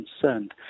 concerned